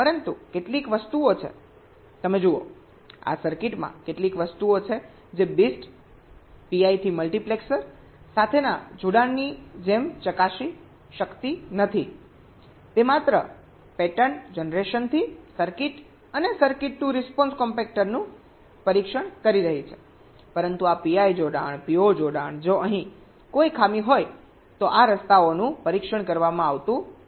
પરંતુ કેટલીક વસ્તુઓ છે તમે જુઓ આ સર્કિટમાં કેટલીક વસ્તુઓ છે જે BIST PI થી મલ્ટિપ્લેક્સર સાથેના જોડાણની જેમ ચકાસતી નથી તે માત્ર પેટર્ન જનરેશનથી સર્કિટ અને સર્કિટ ટુ રિસ્પોન્સ કોમ્પેક્ટરનું પરીક્ષણ કરી રહી છે પરંતુ આ PI જોડાણ PO જોડાણ જો અહીં કોઈ ખામી હોય તો આ રસ્તાઓનું પરીક્ષણ કરવામાં આવતું નથી